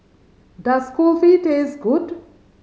does Kulfi taste good